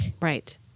Right